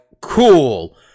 cool